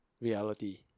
reality